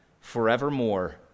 forevermore